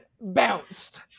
bounced